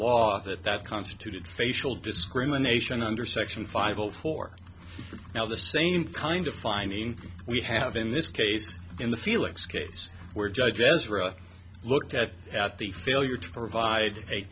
law that that constituted facial discrimination under section five zero four now the same kind of finding we have in this case in the felix case where judge as really looked at at the failure to provide a